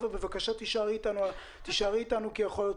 בבקשה תישארי אתנו ב-זום כי יכול להיות